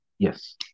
Yes